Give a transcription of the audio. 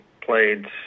Played